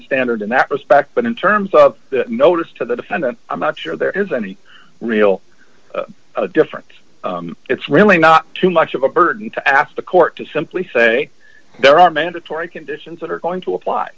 standard in that respect but in terms of notice to the defendant i'm not sure there is any real difference it's really not too much of a burden to ask the court to simply say there are mandatory conditions that are going to apply